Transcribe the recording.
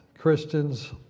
Christians